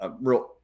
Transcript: real